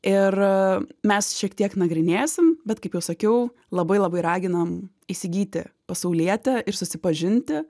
ir mes šiek tiek nagrinėsim bet kaip jau sakiau labai labai raginam įsigyti pasaulietę ir susipažinti